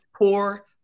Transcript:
poor